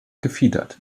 gefiedert